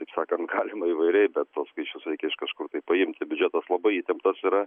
taip sakant galima įvairiai bet tuos skaičius reikia iš kažkur tai paimti biudžetas labai įtemptas yra